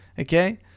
Okay